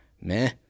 meh